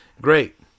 great